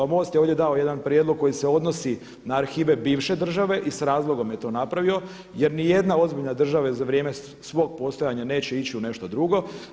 MOST je ovdje dao jedan prijedlog koji se odnosi na arhive bivše države i s razlogom je to napravio, jer ni jedna ozbiljna država za vrijem svog postojanja neće ići u nešto drugo.